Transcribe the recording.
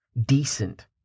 decent